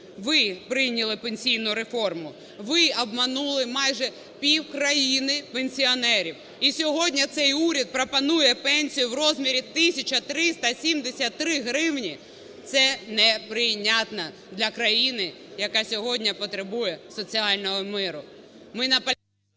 Ви прийняли пенсійну реформу, ви обманули майже пів країни пенсіонерів і сьогодні цей уряд пропонує пенсію в розмірі 1 тисяча 373 гривні. Це неприйнятно для країни, яка сьогодні потребує соціального миру.